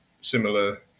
similar